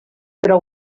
però